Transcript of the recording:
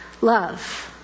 love